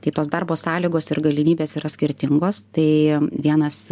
tai tos darbo sąlygos ir galimybės yra skirtingos tai vienas